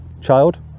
child